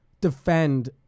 defend